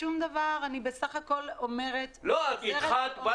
אין בעיה.